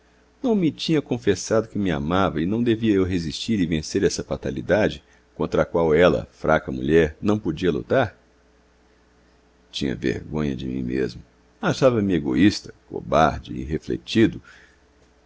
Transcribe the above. não me tinha confessado que me amava e não devia eu resistir e vencer essa fatalidade contra a qual ela fraca mulher não podia lutar tinha vergonha de mim mesmo achava-me egoísta cobarde irrefletido